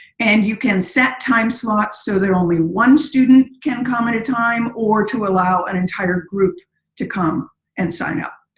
and you can set time slots to so that only one student can come at a time or to allow an entire group to come and sign up.